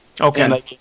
Okay